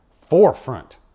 forefront